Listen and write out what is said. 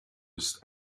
ist